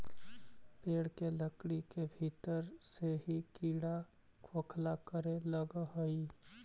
पेड़ के लकड़ी के भीतर से ही कीड़ा खोखला करे लगऽ हई